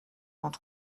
quand